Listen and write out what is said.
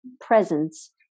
presence